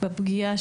בפגיעה